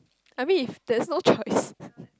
I mean if there's no choice